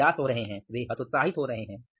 वे निराश हो रहे हैं वे हतोत्साहित हो रहे हैं